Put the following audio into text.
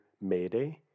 Mayday